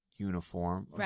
uniform